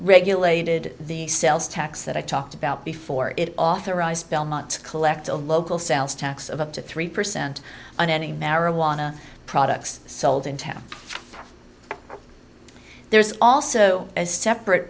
regulated the sales tax that i talked about before it off belmont collect a local sales tax of up to three percent on any marijuana products sold in town there's also a separate